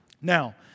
Now